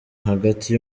hagati